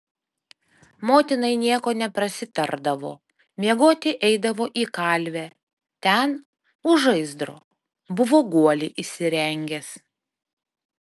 motinai nieko neprasitardavo miegoti eidavo į kalvę ten už žaizdro buvo guolį įsirengęs